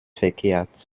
verkehrt